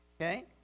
Okay